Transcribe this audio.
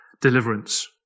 deliverance